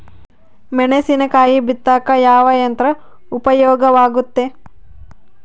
ಮೆಣಸಿನಕಾಯಿ ಬಿತ್ತಾಕ ಯಾವ ಯಂತ್ರ ಉಪಯೋಗವಾಗುತ್ತೆ?